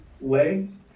legs